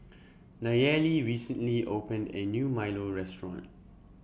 Nayeli recently opened A New Milo Restaurant